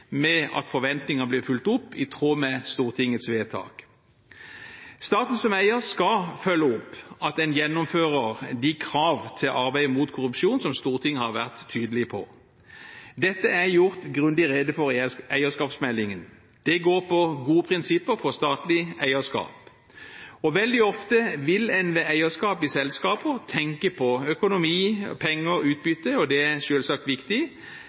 med at forventningene blir fulgt opp i tråd med Stortingets vedtak? Staten som eier skal følge opp at en gjennomfører de krav til arbeidet mot korrupsjon som Stortinget har vært tydelig på. Dette er gjort grundig rede for i eierskapsmeldingen. Det går på gode prinsipper for statlig eierskap. Veldig ofte vil en ved eierskap i selskaper tenke på økonomi, penger, utbytte, og det er selvsagt viktig,